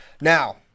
now